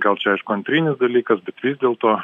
gal čia aišku antrinis dalykas bet vis dėlto